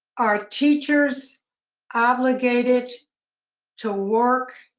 are teachers obligated to work